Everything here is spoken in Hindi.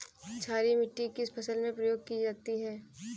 क्षारीय मिट्टी किस फसल में प्रयोग की जाती है?